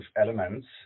elements